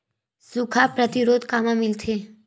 सुखा प्रतिरोध कामा मिलथे?